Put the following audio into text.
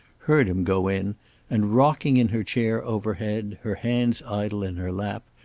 heard him go in and, rocking in her chair overhead, her hands idle in her lap,